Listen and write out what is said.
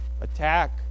attack